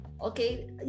Okay